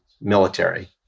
military